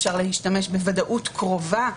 אפשר להשתמש בוודאות קרובה.